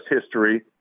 history